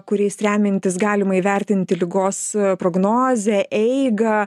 kuriais remiantis galima įvertinti ligos prognozę eigą